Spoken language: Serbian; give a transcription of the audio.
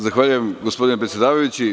Zahvaljujem, gospodine predsedavajući.